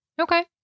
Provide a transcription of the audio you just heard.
Okay